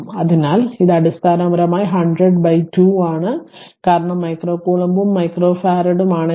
അതിനാൽ ഇത് അടിസ്ഥാനപരമായി 100 2 ആണ് കാരണം മൈക്രോ കൂലോംബും മൈക്രോഫറാഡും ആണെങ്കിൽ